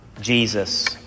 Jesus